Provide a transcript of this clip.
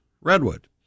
redwood